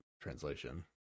translation